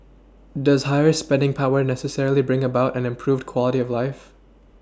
does higher spending power necessarily bring about an improved quality of life